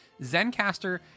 Zencaster